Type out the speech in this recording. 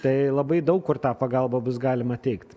tai labai daug kur tą pagalbą bus galima teikt